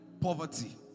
poverty